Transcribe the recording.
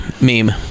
Meme